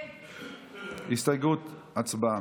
הצבעה.